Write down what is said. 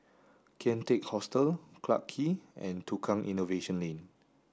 Kian Teck Hostel Clarke Quay and Tukang Innovation Lane